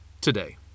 today